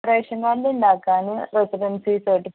ration കാഡ്ണ്ടാക്കാൻ residency certificate